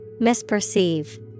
Misperceive